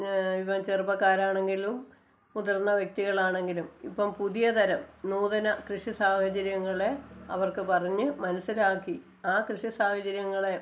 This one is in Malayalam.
ഇപ്പോൾ ചെറുപ്പക്കാരാണെങ്കിലും മുതിര്ന്ന വ്യക്തികളാണെങ്കിലും ഇപ്പം പുതിയ തരം നൂതന കൃഷി സാഹചര്യങ്ങളെ അവര്ക്ക് പറഞ്ഞ് മനസ്സിലാക്കി ആ കൃഷി സാഹചര്യങ്ങളെ